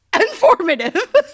Informative